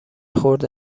خورده